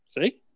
See